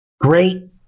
great